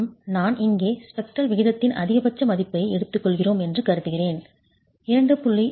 மற்றும் நான் இங்கே ஸ்பெக்ட்ரல் விகிதத்தின் அதிகபட்ச மதிப்பை எடுத்துக்கொள்கிறோம் என்று கருதுகிறேன் 2